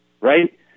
right